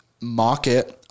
market